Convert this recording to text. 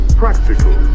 practical